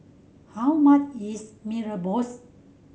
how much is Mee Rebus